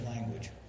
language